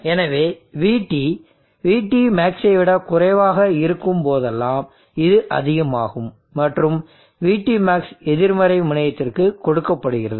எனவே VT VTmaxஐ விட குறைவாக இருக்கும் போதெல்லாம் இது அதிகமாகும் மற்றும் VTmax எதிர்மறை முனையத்திற்கு கொடுக்கப்படுகிறது